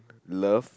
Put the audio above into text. love